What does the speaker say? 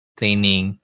training